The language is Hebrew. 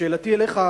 שאלתי אליך,